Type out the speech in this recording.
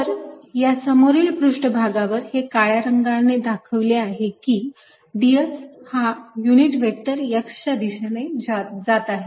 तर या समोरील पृष्ठभागावर हे काळ्या रंगाने दाखविले आहे की ds हा युनिट व्हेक्टर X च्या दिशेने जात आहे